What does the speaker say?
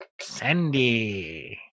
Sandy